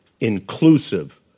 inclusive